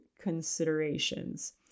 considerations